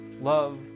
love